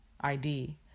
id